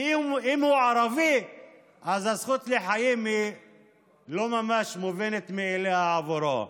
כי אם הוא ערבי אז הזכות לחיים היא לא ממש מובנת מאליה עבורו.